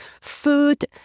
food